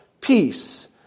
Peace